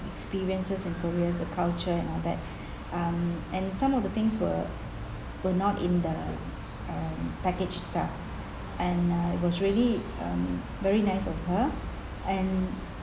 experiences and korean the culture and all that um and some of the things were were not in the um package itself and um it was really um very nice of her and